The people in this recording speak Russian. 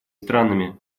странами